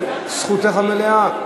זכותך המלאה.